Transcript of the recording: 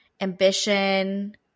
ambition